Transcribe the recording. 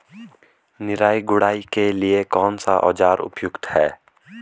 निराई गुड़ाई के लिए कौन सा औज़ार उपयुक्त है?